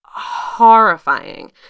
horrifying